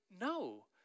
no